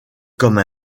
comme